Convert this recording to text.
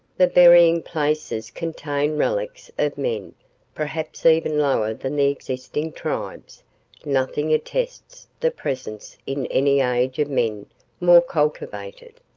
the burying places contain relics of men perhaps even lower than the existing tribes nothing attests the presence in any age of men more cultivated.